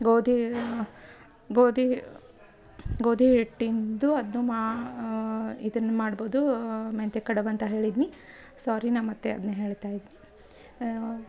ಗೋಧಿ ಗೋಧಿ ಹಿ ಗೋಧಿ ಹಿಟ್ಟಿಂದು ಅದನ್ನು ಮಾ ಇದನ್ನು ಮಾಡ್ಬೋದು ಮೆಂತೆ ಕಡುಬು ಅಂತ ಹೇಳಿದೀನಿ ಸಾರಿ ನಾ ಮತ್ತು ಅದನ್ನೆ ಹೇಳ್ತಾ ಇದೀನಿ